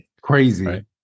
Crazy